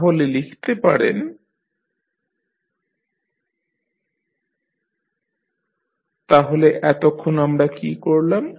তাহলে লিখতে পারেন y1 y2 yq CxtDu Cc11 c12 c1n c21 c22 c2n ⋮⋱ cq1 cq2 cqn Dd11 d12 d1p d21 d22 d2p ⋮⋱ dq1 dq2 dqp তাহলে এতক্ষন আমরা কী করলাম